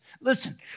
Listen